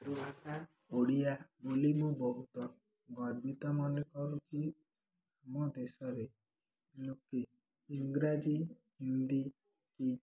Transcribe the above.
ଭାଷା ଓଡ଼ିଆ ବୋଲି ମୁଁ ବହୁତ ଗର୍ବିତ ମନେ କରୁଛି ଆମ ଦେଶରେ ଲୋକେ ଇଂରାଜୀ ହିନ୍ଦୀ କି